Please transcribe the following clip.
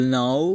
now